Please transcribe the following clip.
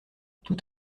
tout